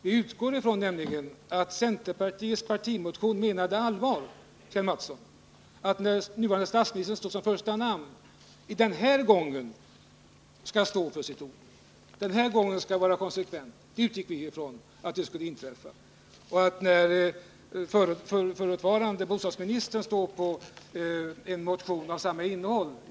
Vi utgår nämligen från att centerpartiet med sin partimotion menade allvar och att nuvarande statsministern, som står först på motionen, denna gång skall stå för sitt ord och vara konsekvent. Förutvarande bostadsministern står också först på en motion med samma innehåll.